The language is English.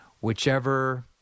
whichever